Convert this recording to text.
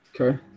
Okay